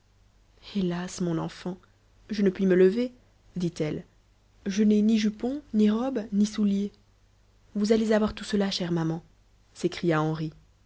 hélas mon enfant je ne puis me lever dit-elle je n'ai ni jupons ni robes ni souliers vous allez avoir tout cela chère maman s'écria henri